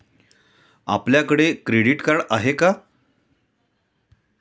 आपल्याकडे credit card आहे का?